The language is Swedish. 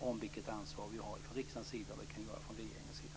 Då ska vi diskutera vilket ansvar riksdagen har och vad regeringen kan göra.